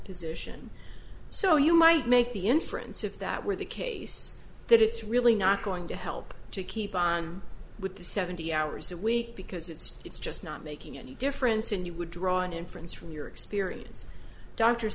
position so you might make the inference if that were the case that it's really not going to help to keep on with the seventy hours a week because it's it's just not making any difference and you would draw an inference from your experience dr